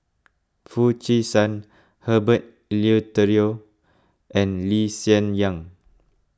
Foo Chee San Herbert Eleuterio and Lee Hsien Yang